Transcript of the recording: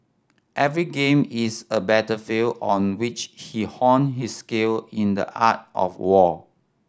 every game is a battlefield on which he hone his skill in the art of war